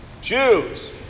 Jews